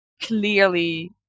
clearly